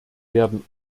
werden